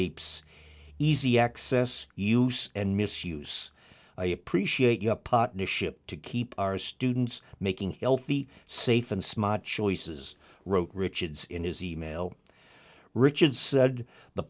apes easy access use and misuse i appreciate your partnership to keep our students making healthy safe and smart choices wrote richards in his email richard said the